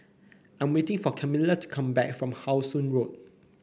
I'm waiting for Kamila to come back from How Sun Road